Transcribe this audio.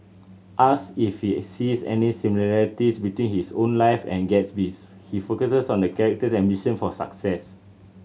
ask if he sees any similarities between his own life and Gatsby's he focuses on the character's ambition for success